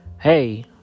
hey